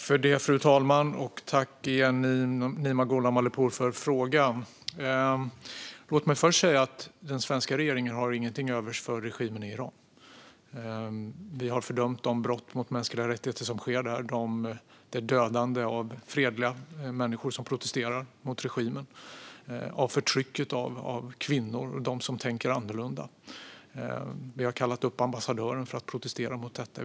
Fru talman! Jag tackar Nima Gholam Ali Pour för frågan. Låt mig först säga att den svenska regeringen inte har någonting till övers för regimen i Iran. Vi har fördömt de brott mot mänskliga rättigheter som sker där, dödandet av fredliga människor som protesterar mot regimen och förtrycket av kvinnor och av dem som tänker annorlunda. Vi har kallat upp ambassadören för att protestera mot detta.